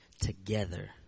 together